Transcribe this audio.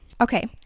Okay